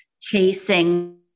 chasing